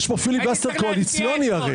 יש פה פיליבסטר קואליציוני.